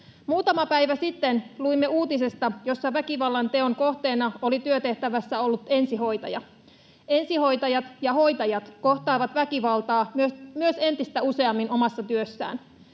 Muutama päivä sitten luimme uutisesta, jossa väkivallanteon kohteena oli työtehtävässä ollut ensihoitaja. Ensihoitajat ja hoitajat kohtaavat väkivaltaa entistä useammin omassa työssään.